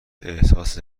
احساس